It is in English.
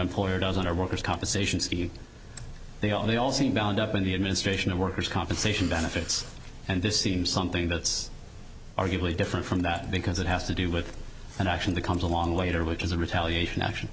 employer does on our workers compensation scheme they all seem bound up in the administration of workers compensation benefits and this seems something that's arguably different from that because it has to do with an action that comes along later which is a retaliation action